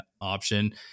option